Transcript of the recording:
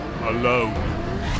alone